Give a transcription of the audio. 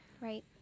Right